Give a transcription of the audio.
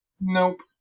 Nope